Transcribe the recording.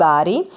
Bari